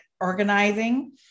organizing